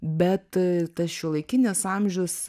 bet tas šiuolaikinis amžius